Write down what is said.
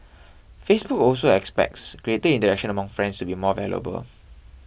Facebook also expects greater interaction among friends to be more valuable